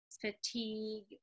fatigue